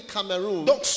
Cameroon